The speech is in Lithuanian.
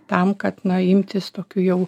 tam kad nuo imtis tokių jau